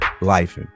life